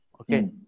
Okay